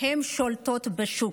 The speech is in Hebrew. שולטות בשוק.